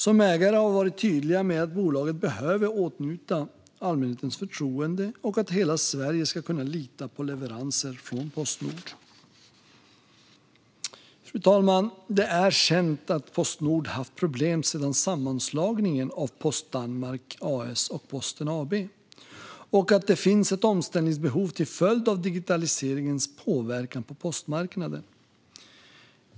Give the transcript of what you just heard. Som ägare har vi varit tydliga med att bolaget behöver åtnjuta allmänhetens förtroende och att hela Sverige ska kunna lita på leveranser från Postnord. Det är känt att Postnord haft problem sedan sammanslagningen av Post Danmark A/S och Posten AB och att det finns ett omställningsbehov till följd av digitaliseringens påverkan på postmarknaden.